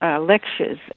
lectures